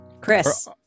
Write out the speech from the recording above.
Chris